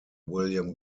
william